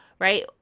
right